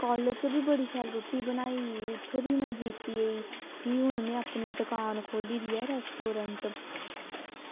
college च बी बड़ी शैल रुट्टी बनाई उत्थें ते उत्थें बी में जित्ती आई ते भी में अपनी दुुकान खोल्ली दी ऐ रेस्टोरेंट